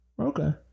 okay